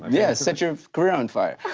yeah, set your career on fire,